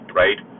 right